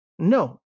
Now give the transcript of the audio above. no